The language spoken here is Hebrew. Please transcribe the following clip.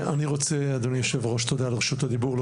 אדוני היו"ר תודה על רשות הדיבור.